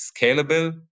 scalable